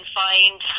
find